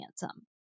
handsome